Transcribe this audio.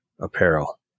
apparel